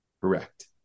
Correct